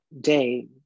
day